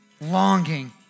longing